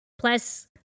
Plus